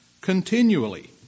continually